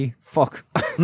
Fuck